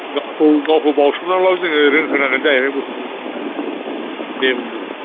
गावखौ बाउसोमनानैब्लाबो जों रोंहोनांगोन जाहैबाय गथ'फोरखौ दे बुंबायथा